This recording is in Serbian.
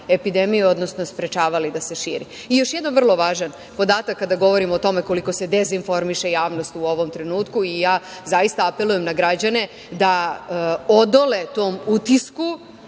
epidemiju, odnosno sprečavali da se ona širi. Još jedan vrlo važan podatak kada govorimo o tome koliko se dezinformiše javnost u ovom trenutku i ja zaista apelujem na građane da odole tom utisku,